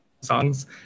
songs